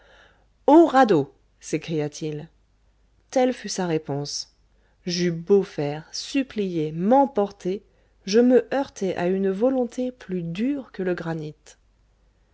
au radeau s'écria-t-il telle fut sa réponse j'eus beau faire supplier m'emporter je me heurtai à une volonté plus dure que le granit